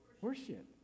worship